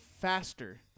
faster